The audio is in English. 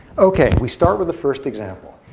ok, we start with the first example.